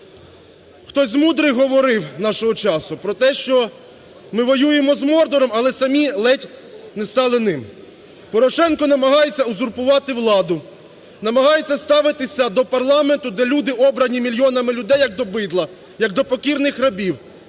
Хтось мудрий говорив нашого часу про те, що ми воюємо з Мордором, але самі ледь не стали ним. Порошенко намагається узурпувати владу, намагається ставитися до парламенту, де люди, обрані мільйонами людей, як до бидла, як до покірних рабів.